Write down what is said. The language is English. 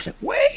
Wait